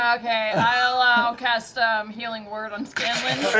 um okay, i'll ah cast healing word on scanlan.